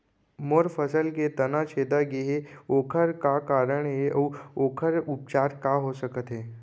मोर फसल के तना छेदा गेहे ओखर का कारण हे अऊ ओखर उपचार का हो सकत हे?